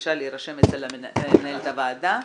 בבקשה להירשם אצל מנהלת הוועדה.